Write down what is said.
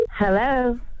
Hello